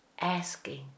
asking